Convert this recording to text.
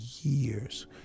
years